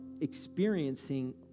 experiencing